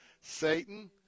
Satan